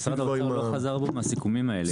משרד האוצר לא חזר בו מהסיכומים האלה.